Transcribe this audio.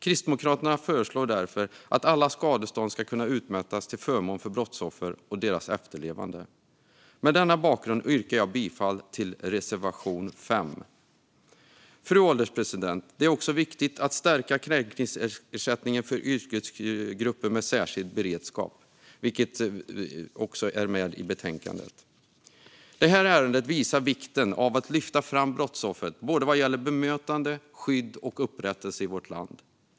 Kristdemokraterna föreslår därför att alla skadestånd ska kunna utmätas till förmån för brottsoffer och deras efterlevande. Mot denna bakgrund yrkar jag bifall till reservation 5. Fru ålderspresident! Det är också viktigt att stärka kränkningsersättningen för yrkesgrupper med särskild beredskap, vilket också ingår i betänkandet. Detta ärende visar vikten av att lyfta fram brottsoffret vad gäller både bemötande, skydd och upprättelse i vårt land.